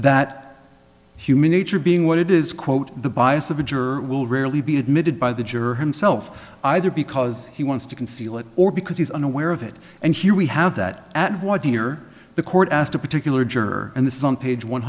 that human nature being what it is quote the bias of a juror will rarely be admitted by the jury himself either because he wants to conceal it or because he's unaware of it and here we have that at void here the court asked a particular juror and the sun page one